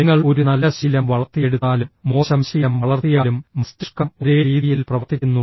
നിങ്ങൾ ഒരു നല്ല ശീലം വളർത്തിയെടുത്താലും മോശം ശീലം വളർത്തിയാലും മസ്തിഷ്കം ഒരേ രീതിയിൽ പ്രവർത്തിക്കുന്നു